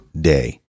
day